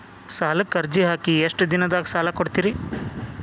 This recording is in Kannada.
ಸಾಲಕ ಅರ್ಜಿ ಹಾಕಿ ಎಷ್ಟು ದಿನದಾಗ ಸಾಲ ಕೊಡ್ತೇರಿ?